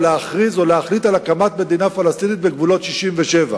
להכריז או להחליט על הקמת מדינה פלסטינית בגבולות 67'?